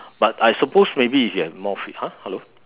but I suppose maybe if you have more free !huh! hello